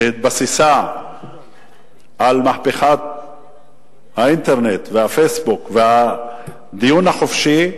שהתבססה על מהפכת האינטרנט וה"פייסבוק" והדיון החופשי,